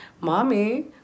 Mommy